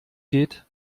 geht